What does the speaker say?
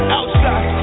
outside